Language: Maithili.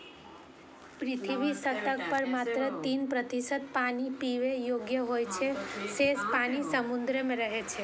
पृथ्वीक सतह पर मात्र तीन प्रतिशत पानि पीबै योग्य होइ छै, शेष पानि समुद्र मे रहै छै